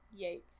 Yikes